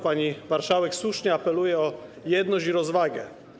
Pani marszałek słusznie apeluje o jedność i rozwagę.